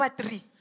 three